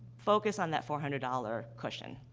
focus on that four hundred dollars cushion.